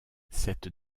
cette